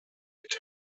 mit